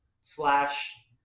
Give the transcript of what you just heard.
slash